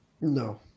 No